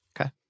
Okay